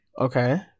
okay